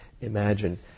imagine